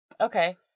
Okay